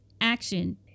Action